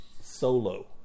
Solo